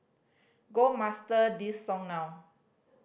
go master this song now